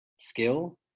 skill